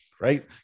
right